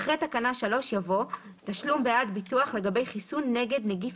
אחרי תקנה 3 יבוא: "תשלום בעד ביטוח לגבי חיסון נגד נגיף